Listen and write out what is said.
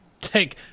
take